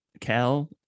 Cal